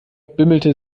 bimmelte